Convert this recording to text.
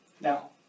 Now